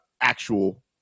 actual